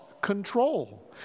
control